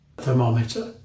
thermometer